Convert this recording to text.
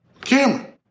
camera